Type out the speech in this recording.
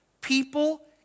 people